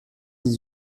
dix